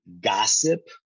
gossip